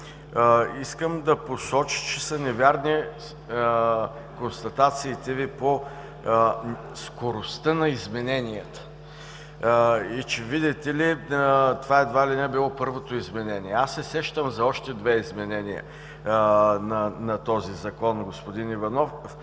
искам да посоча, че са неверни констатациите Ви по скоростта на измененията и че, видите ли, това едва ли не било първото изменение. Аз се сещам за още две изменения на този Закон, господин Иванов,